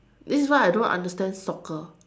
this is why I don't understand soccer